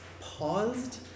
paused